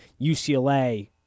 UCLA